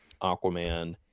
Aquaman